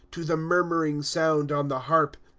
to the murmuring sound on the harp.